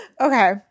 Okay